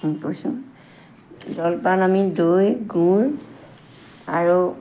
কি কৈছোঁ জলপান আমি দৈ গুৰ আৰু